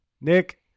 Nick